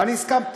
ואני הסכמתי,